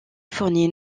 fournit